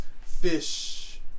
fish